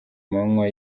manywa